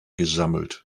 gesammelt